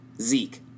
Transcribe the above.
Zeke